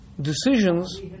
decisions